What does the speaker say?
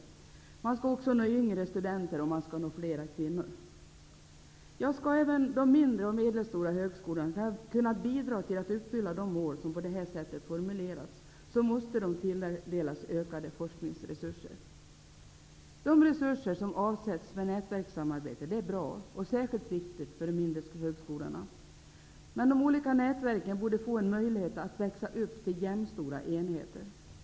Man skall också nå yngre studenter, och man skall nå flera kvinnor. Om även de mindre och medelstora högskolorna skall kunna bidra till att uppfylla de mål som på detta sätt formulerats måste de tilldelas ökade forskningsresurser. De resurser som avsätts för nätverkssamarbete är bra och särskilt viktiga för de mindre högskolorna. Men de olika nätverken borde få en möjlighet att växa upp till jämnstora enheter.